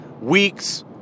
Weeks